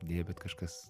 deja bet kažkas